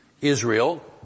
Israel